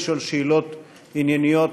לשאול שאלות ענייניות,